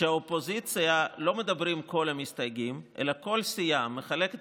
שבאופוזיציה לא מדברים כל המסתייגים אלא כל סיעה מחלקת